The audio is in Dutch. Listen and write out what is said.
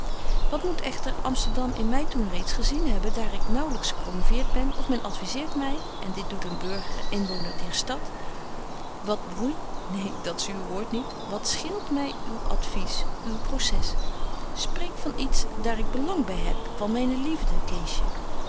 wat moet echter amsterdam in my toen reeds gezien hebben daar ik naauwlyks gepromoveert ben of men adviseert my en dit doet een burger en inwoner dier stad wat bruit neen dat's uw woord niet wat scheelt my uw advies uw procès spreck van iets daar ik belang by heb van myne